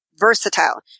versatile